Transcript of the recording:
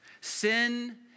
sin